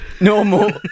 Normal